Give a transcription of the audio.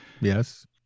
Yes